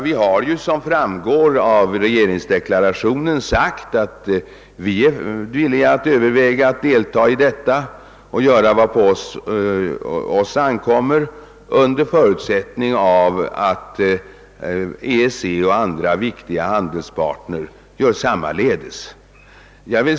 Vi har, som framgår av regeringsdeklarationen, sagt att vi är villiga att göra vad på oss ankommer, under förutsättning att EEC och andra viktiga handelspartners gör sammaledes.